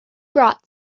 brought